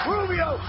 Rubio